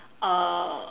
uh